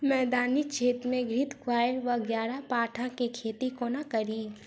मैदानी क्षेत्र मे घृतक्वाइर वा ग्यारपाठा केँ खेती कोना कड़ी?